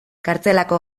kartzelako